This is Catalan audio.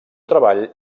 treball